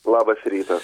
labas rytas